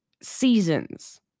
seasons